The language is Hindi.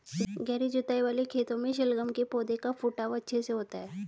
गहरी जुताई वाले खेतों में शलगम के पौधे का फुटाव अच्छे से होता है